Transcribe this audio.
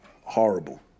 Horrible